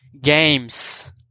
games